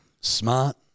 Smart